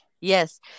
Yes